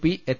P H